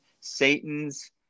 Satan's